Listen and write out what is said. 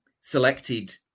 selected